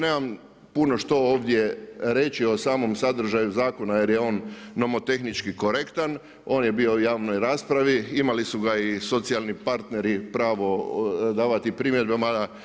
Nemam puno što ovdje reći o samom sadržaju zakona, jer je on nomotehnički korektan, on je bio u javnoj raspravi, imali su ga i socijalni partneri pravo davati primjedbama.